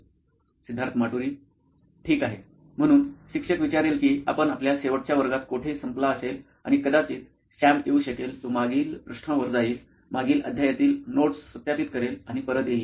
सिद्धार्थ माटुरी मुख्य कार्यकारी अधिकारी नॉइन इलेक्ट्रॉनिक्सठीक आहे म्हणून शिक्षक विचारेल की आपण आपल्या शेवटच्या वर्गात कोठे संपला असेल आणि कदाचित सॅम येऊ शकेल तो मागील पृष्ठांवर जाईल मागील अध्यायातील नोट्स सत्यापित करेल आणि परत येईल